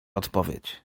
odpowiedź